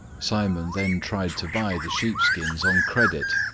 simon then tried to buy the sheep-skins on credit,